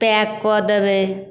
pack कऽ देबै